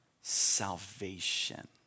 salvation